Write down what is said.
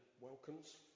welcomes